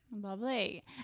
Lovely